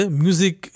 music